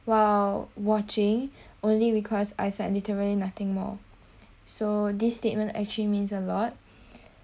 while watching only requires eyesight literally nothing more so this statement actually means a lot